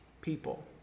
people